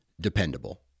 dependable